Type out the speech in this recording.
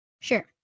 Sure